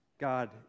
God